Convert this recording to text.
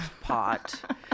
pot